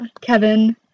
Kevin